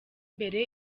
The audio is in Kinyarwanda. imbere